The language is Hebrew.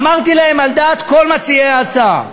אמרתי להן על דעת כל מציעי ההצעה: